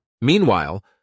Meanwhile